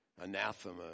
Anathema